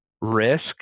risk